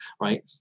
right